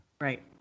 Right